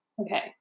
Okay